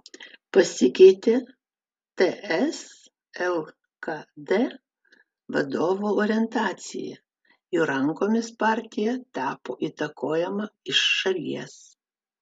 pasikeitė ts lkd vadovų orientacija jų rankomis partija tapo įtakojama iš šalies